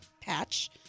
patch